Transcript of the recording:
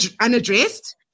unaddressed